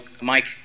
Mike